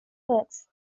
works